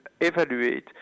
evaluate